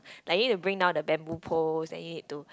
like you need to bring down the bamboo pole then you need to